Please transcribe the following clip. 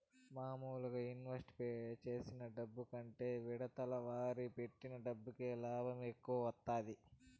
మాములుగా ఇన్వెస్ట్ చేసిన డబ్బు కంటే విడతల వారీగా పెట్టిన డబ్బుకి లాభం ఎక్కువ వత్తాది